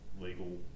legal